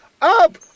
up